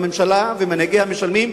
הממשלה משלמת ומנהיגיה משלמים,